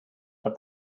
but